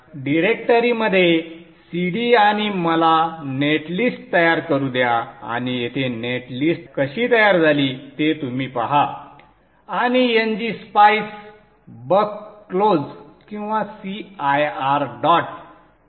डिरेक्टरीमध्ये Cd आणि मला नेटलिस्ट तयार करू द्या आणि येथे नेट लिस्ट कशी तयार झाली ते तुम्ही पहा आणि ngSpice बक क्लोज किंवा cir